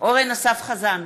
אורן אסף חזן,